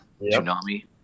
Tsunami